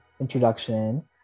introduction